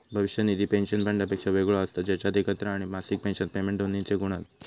भविष्य निधी पेंशन फंडापेक्षा वेगळो असता जेच्यात एकत्र आणि मासिक पेंशन पेमेंट दोन्हिंचे गुण हत